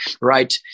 right